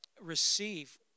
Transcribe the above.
receive